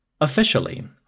Officially